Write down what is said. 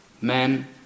men